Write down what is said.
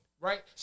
right